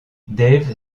dave